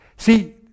See